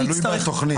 תלוי בתוכנית.